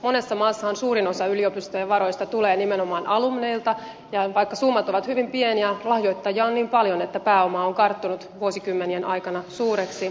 monessa maassahan suurin osa yliopistojen varoista tulee nimenomaan alumneilta ja vaikka summat ovat hyvin pieniä lahjoittajia on niin paljon että pääoma on karttunut vuosikymmenien aikana suureksi